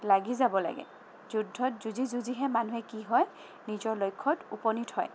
লাগি যাব লাগে যুদ্ধত যুঁজি যুঁজিহে মানুহৰ কি হয় নিজৰ লক্ষ্যত উপনীত হয়